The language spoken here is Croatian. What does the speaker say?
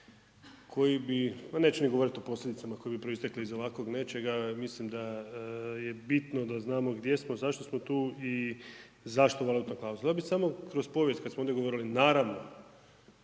koji bi, ma neću ni govoriti o posljedicama koji bi proistekli iz ovako nečega, mislim da je bitno da znamo gdje smo, zašto smo tu i zašto valutna klauzula. Ja bi samo kroz povijest kad smo ovdje govorili, naravno,